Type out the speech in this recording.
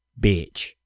Bitch